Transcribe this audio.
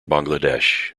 bangladesh